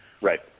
Right